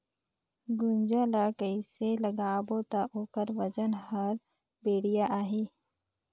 गुनजा ला कइसे लगाबो ता ओकर वजन हर बेडिया आही?